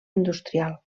industrial